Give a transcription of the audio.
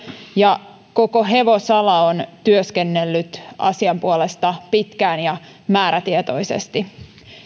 ja koko hevosala on työskennellyt asian puolesta pitkään ja määrätietoisesti paitsi että